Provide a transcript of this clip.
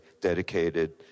dedicated